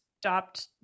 stopped